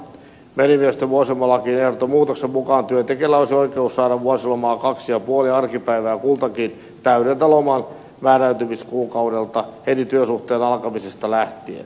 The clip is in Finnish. merimiesten vuosilomalakiin ehdotetun muutoksen mukaan työntekijällä olisi oikeus saada vuosilomaa kaksi ja puoli arkipäivää kultakin täydeltä lomanmääräytymiskuukaudelta heti työsuhteen alkamisesta lähtien